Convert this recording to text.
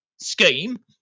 scheme